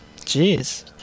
Jeez